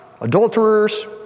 adulterers